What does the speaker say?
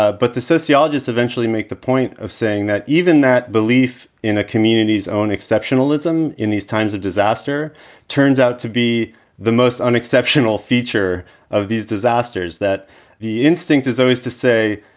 ah but the sociologists eventually make the point of saying that even that belief in a community's own exceptionalism in these times of disaster turns out to be the most unexceptional feature of these disasters, that the instinct is always to say,